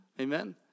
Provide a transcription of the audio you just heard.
Amen